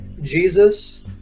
jesus